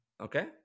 Okay